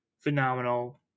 phenomenal